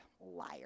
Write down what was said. Liar